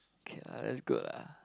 okay lah that's good lah